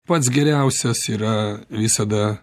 pats geriausias yra visada